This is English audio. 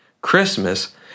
Christmas